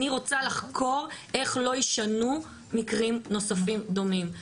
אני רוצה לחקור איך לא ישנו מקרים נוספים דומים.